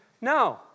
No